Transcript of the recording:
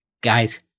guys